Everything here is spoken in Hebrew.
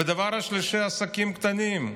והדבר השלישי, עסקים קטנים,